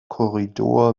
korridor